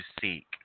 seek